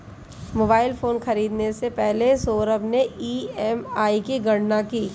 mobile phone खरीदने से पहले सौरभ ने ई.एम.आई की गणना की